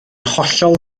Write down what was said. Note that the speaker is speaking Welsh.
hollol